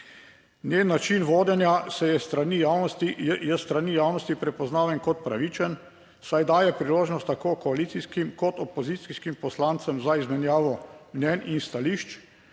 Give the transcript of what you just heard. Njen način vodenja je s strani javnosti prepoznaven kot pravičen, saj daje priložnost tako koalicijskim kot opozicijskim poslancem za izmenjavo mnenj in stališč,